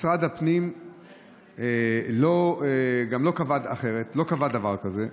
משרד הפנים גם לא קבע דבר כזה,